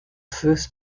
first